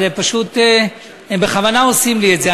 אבל הם פשוט בכוונה עושים לי את זה,